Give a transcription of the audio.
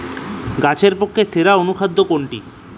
গাছের পক্ষে সেরা অনুখাদ্য কোনটি?